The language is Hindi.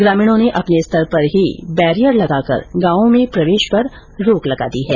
ग्रामीणों ने अपने स्तर पर ही बैरियर लगाकर गांव में प्रवेश पर रोक लगा दी है